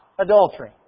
Adultery